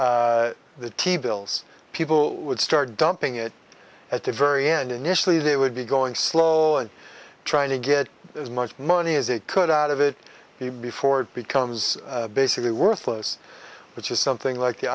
from the t bills people would start dumping it at the very end initially they would be going slow and trying to get as much money as they could out of it before it becomes basically worthless which is something like the